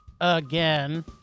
again